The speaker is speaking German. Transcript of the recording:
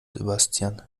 sebastian